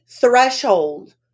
threshold